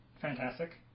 fantastic